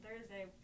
Thursday